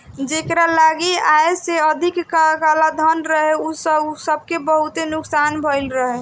जेकरी लगे आय से अधिका कालाधन रहे उ सबके बहुते नुकसान भयल रहे